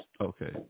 Okay